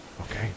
Okay